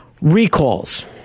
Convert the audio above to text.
Recalls